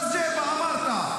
אז ג'רבה, אמרת.